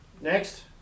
Next